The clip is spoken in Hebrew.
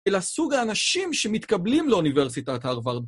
אלא הסוג האנשים שמתקבלים לאוניברסיטת הרווארד.